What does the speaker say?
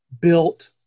built